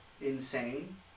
insane